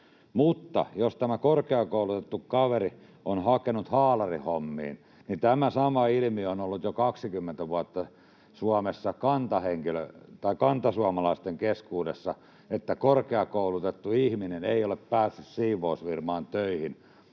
Mutta jos tämä korkeakoulutettu kaveri on hakenut haalarihommiin, niin tämä sama ilmiö on ollut jo kaksikymmentä vuotta Suomessa kantasuomalaisten keskuudessa, että korkeakoulutettu ihminen ei ole päässyt siivousfirmaan töihin